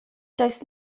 does